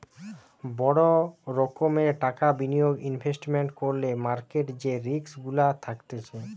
বড় রোকোমের টাকা বিনিয়োগ ইনভেস্টমেন্ট করলে মার্কেট যে রিস্ক গুলা থাকতিছে